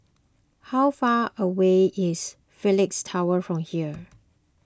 how far away is Phoenix Tower from here